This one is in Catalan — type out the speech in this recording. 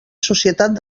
societat